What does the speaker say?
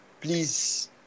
Please